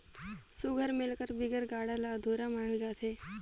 सुग्घर मेल कर बिगर गाड़ा ल अधुरा मानल जाथे